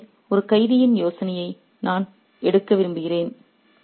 மிர்சாவின் மனைவி ஒரு கைதி ஏனெனில் அவர் தனது கணவரின் கவனத்தை ஈர்க்கிறார்